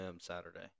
Saturday